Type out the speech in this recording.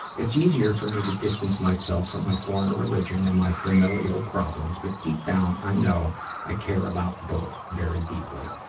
it's easier for me to distance myself from my former religion and my familial problems, but deep down i know i care about both very deeply.